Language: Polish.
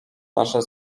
nasze